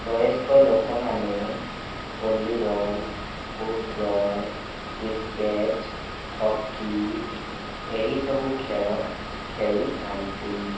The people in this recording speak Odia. ବୟସ୍କ ଲୋକମାନେ ଭଲିବଲ ଫୁଟବଲ କ୍ରିକେଟ ହକି ଏହିସବୁ ଖେଳ ଖେଳିଥାନ୍ତି